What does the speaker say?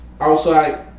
Outside